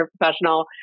professional